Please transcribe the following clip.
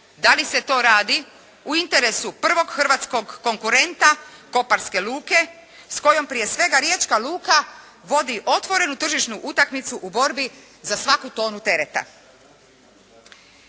da li se to radi u interesu prvog hrvatskog konkurenta koparske luke s kojom prije svega riječka luka vodi otvorenu tržišnu utakmicu u borbi za svaku tonu tereta.